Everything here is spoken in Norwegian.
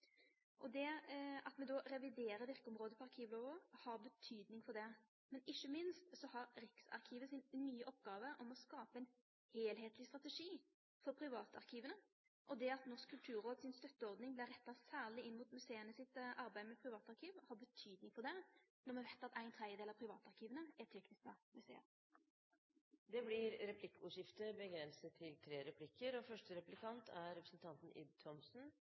Det at me reviderer verkeområdet for arkivlova har betydning for det, men ikkje minst har Riksarkivets nye oppgåve om å skape ein heilskapleg strategi for privatarkiva, og det at Norsk kulturråds støtteordning vert retta særleg inn mot museas arbeid med privatarkiv, betydning for det, når me veit at ein tredjedel av privatarkiva er knytte til museum. Det blir replikkordskifte. Vi er alle enige om at det er viktig med innsyn, og det er viktig med gode arkiver. At dette er